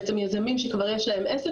בעצם יזמים שכבר יש להם עסק,